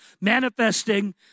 manifesting